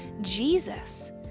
Jesus